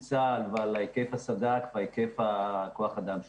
צה"ל ועל היקף הסד"כ ועל היקף כוח האדם שלו.